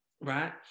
right